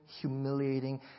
humiliating